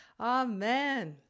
Amen